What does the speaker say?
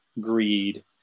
greed